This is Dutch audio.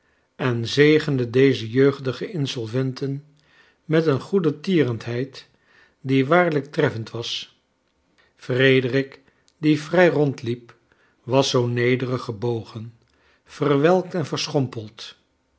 en zegende deze jeugdige insolventen met een goedertierenheid die waarlijk treffend was frederick die vrij rondliep was zoo nederig gebogen verwelkt en verschrompeld